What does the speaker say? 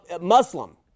Muslim